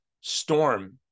storm